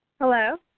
Hello